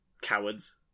Cowards